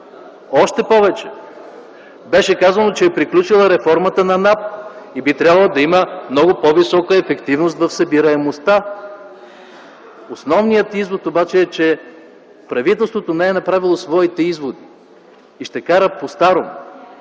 Още повече, беше казано, че реформата на НАП е приключила и би трябвало да има много по-висока ефективност в събираемостта. Основният извод обаче е, че правителството не е направило своите изводи и ще кара постарому.